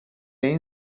این